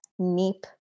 neep